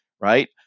right